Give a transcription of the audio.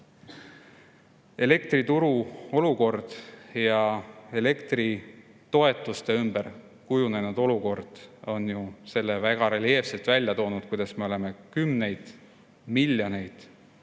elektrituru olukord ja elektritoetuste ümber kujunenud olukord on ju väga reljeefselt välja toonud, kuidas me oleme kümneid miljoneid